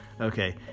okay